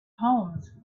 homes